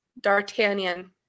D'Artagnan